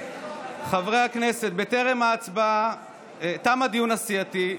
חברי הכנסת, תם הדיון הסיעתי.